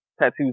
tattoos